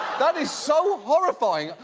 that is so horrifying!